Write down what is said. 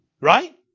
right